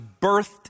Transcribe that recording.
birthed